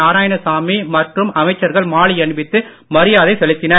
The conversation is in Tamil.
நாராயணசாமி மற்றும் அமைச்சர்கள் மாலை அணிவித்து மரியாதை செலுத்தினர்